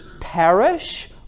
perish